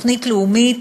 תוכנית לאומית,